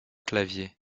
clavier